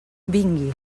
vingui